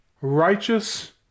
righteous